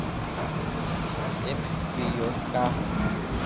FPO का ह?